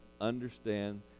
understand